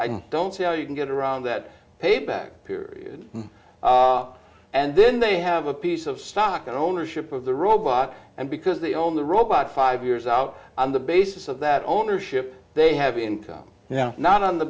i don't see how you can get around that payback period and then they have a piece of stock ownership of the robot and because they own the robot five years out on the basis of that ownership they have income now not on the